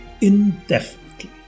indefinitely